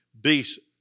beasts